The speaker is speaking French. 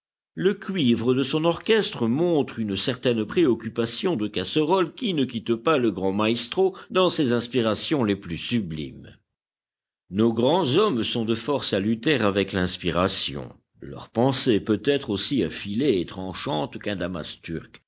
le cuivre de son orchestre montre une certaine préoccupation de casserole qui ne quitte pas le grand maestro dans ses inspirations les plus sublimes nos grands hommes sont de force à lutter avec l'inspiration leur pensée peut être aussi affilée et tranchante